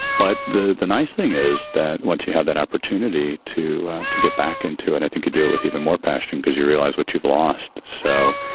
but the the nice thing is that once you have that opportunity to to get back into it, i think you do it with even more passion because you realize what you've lost. so,